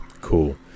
cool